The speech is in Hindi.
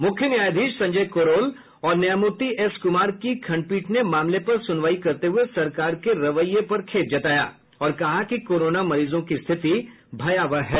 मुख्य न्यायाधीश संजय कोरोल और न्यायमूर्ति एस कुमार की खंडपीठ ने मामले पर सुनवाई करते हुए सरकार के रवैये पर खेद जताया और कहा कि कोरोना मरीजों की स्थिति भयावह है